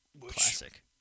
Classic